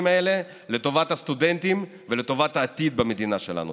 האלה לטובת הסטודנטים ולטובת העתיד במדינה שלנו.